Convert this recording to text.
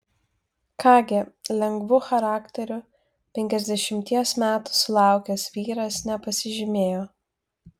ką gi lengvu charakteriu penkiasdešimties metų sulaukęs vyras nepasižymėjo